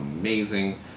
amazing